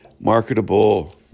marketable